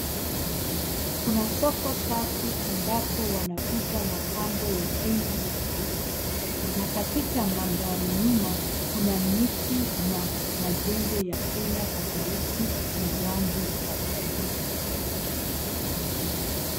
Kuna soko safi ambapo wanauza mapambo ya aina tofauti. Na katika madari nyuma kuna miti na majengo ya aina tofauti na rangi tofauti.